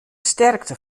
sterkte